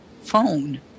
phone